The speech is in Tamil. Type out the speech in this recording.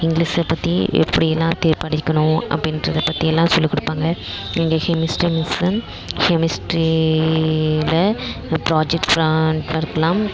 இங்கிலிஸ்ஸை பற்றி எப்படில்லாம் தே படிக்கணும் அப்படின்றத பற்றியெல்லாம் சொல்லி கொடுப்பாங்க எங்கள் ஹெமிஸ்ட்ரி மிஸ்ஸு ஹெமிஸ்ட்ரியில் ஒரு ப்ராஜெக்ட்ஸெலாம் ஒர்க்கெலாம்